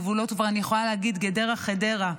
כבר אני יכולה להגיד גדרה חדרה.